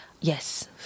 Yes